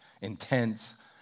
intense